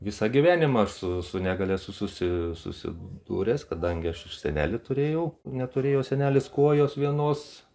visą gyvenimą aš su su negalia sususi susidūręs kadangi aš ir senelį turėjau neturėjo senelis kojos vienos